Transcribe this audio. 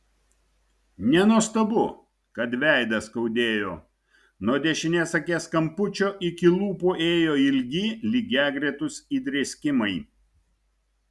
nenuostabu kad veidą skaudėjo nuo dešinės akies kampučio iki lūpų ėjo ilgi lygiagretūs įdrėskimai